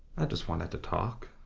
i just wanted to talk.